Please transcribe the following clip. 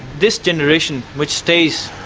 this generation which stays,